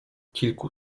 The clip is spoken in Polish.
kilku